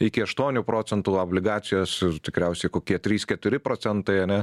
iki aštuonių procentų obligacijos tikriausiai kokie trys keturi procentai ane